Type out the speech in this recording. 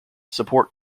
support